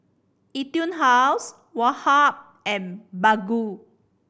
Etude House Woh Hup and Baggu